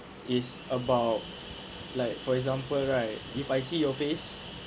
is about like for example right if I see your face